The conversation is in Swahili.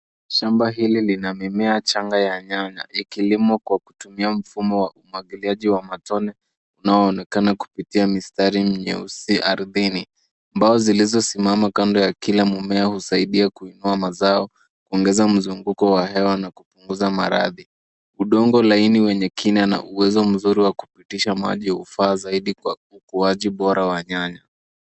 Shamba hili lina mimea changa ya nyanya, ikilimwa kwa kutumia mfumo wa umwagiliaji wa matone unaonekana kupitia mistari nyeusi ardhini. Mbao zilizosimama kando ya kila mmea husaidia kuinua mazao, kuongeza mzunguko wa hewa na kupunguza maradhi. Udongo laini wenye kina na uwezo mzuri wa kupitisha maji hufaa zaidi kwa ukuaji bora wa nyanya.